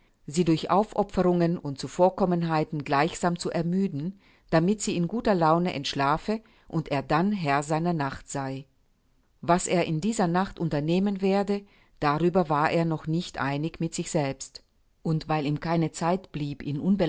sie durch aufopferungen und zuvorkommenheiten gleichsam zu ermüden damit sie in guter laune entschlafe und er dann herr seiner nacht sei was er in dieser nacht unternehmen werde darüber war er noch nicht einig mit sich selbst und weil ihm keine zeit blieb